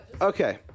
Okay